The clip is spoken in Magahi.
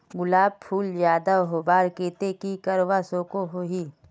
गुलाब फूल ज्यादा होबार केते की करवा सकोहो ही?